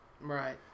Right